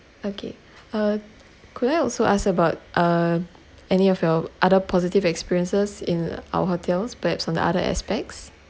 okay uh could I also ask about uh any of your other positive experiences in our hotels perhaps on the other aspects